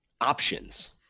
options